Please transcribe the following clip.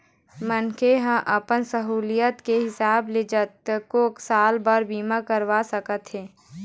मनखे ह अपन सहुलियत के हिसाब ले जतको साल बर बीमा करवा सकत हे